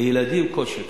לילדים לא כל שכן.